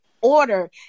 order